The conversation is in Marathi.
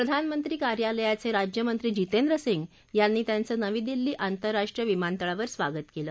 प्रधानमंत्री कार्यालयाचे राज्यमंत्री जितेंद्र सिंग यांनी त्यांच नवी दिल्ली आतंरराष्ट्रीय विमानतळावर स्वागत केलं